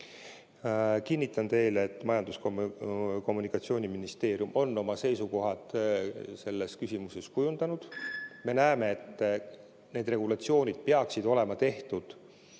Kinnitan teile, et Majandus‑ ja Kommunikatsiooniministeerium on oma seisukohad selles küsimuses kujundanud. Me näeme, et need regulatsioonid peaksid olema tehtud